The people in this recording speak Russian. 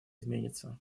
изменится